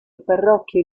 parrocchie